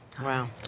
wow